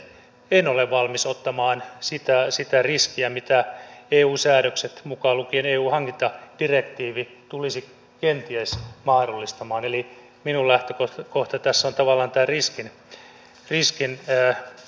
itse en ole valmis ottamaan sitä riskiä mitä eu säädökset mukaan lukien eu hankintadirektiivi tulisivat kenties mahdollistamaan eli minun lähtökohtani tässä on tavallaan tämä riskin minimointi